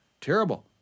Terrible